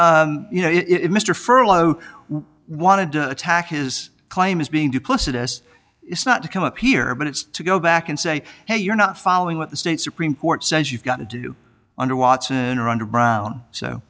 she you know if mr furlow we wanted to attack his claim as being duplicitous it's not to come up here but it's to go back and say hey you're not following what the state supreme court says you've got to do under watson or under brown so